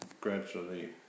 gradually